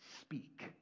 speak